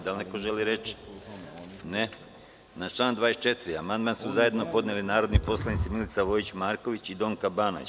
Da li neko želi reč? (Ne) Na član 24. amandman su zajedno podnele narodni poslanici Milica Vojić Marković i Donka Banović.